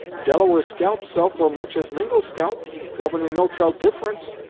delaware scalp sell for much as mingo scalp. governor no tell difference.